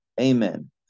Amen